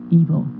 evil